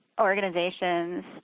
organizations